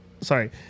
Sorry